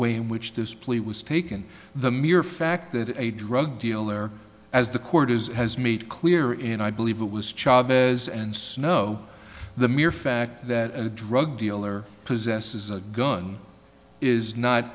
way in which this plea was taken the mere fact that a drug dealer as the court is has made clear in i believe it was charges and snow the mere fact that a drug dealer possesses a gun is not